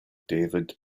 david